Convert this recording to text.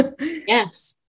Yes